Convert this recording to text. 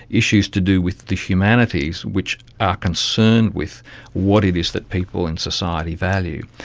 issues to do with the humanities which are concerned with what it is that people in society value.